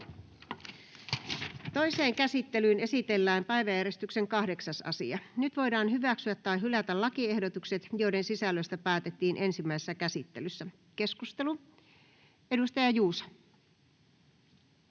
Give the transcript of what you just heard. Toiseen käsittelyyn esitellään päiväjärjestyksen 9. asia. Nyt voidaan hyväksyä tai hylätä lakiehdotus, jonka sisällöstä päätettiin ensimmäisessä käsittelyssä. — Edustaja